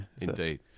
indeed